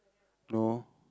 no